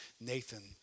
Nathan